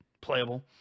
playable